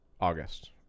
August